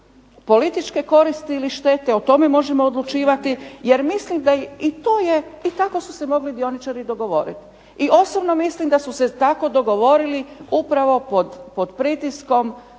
političke koristi ili štete, o tome možemo odlučivati, jer mislim da i tu je, i tako su se mogli dioničari dogovoriti. I osobno mislim da su se tako dogovorili upravo pod pritiskom